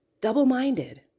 double-minded